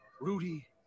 Rudy